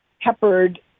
peppered